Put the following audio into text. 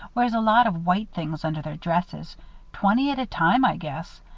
wears a lot of white things under their dresses twenty at a time i guess.